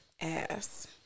ass